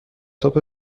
تاپ